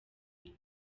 iwe